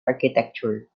architecture